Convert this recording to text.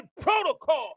protocol